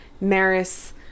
Maris